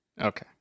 Okay